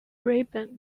rabin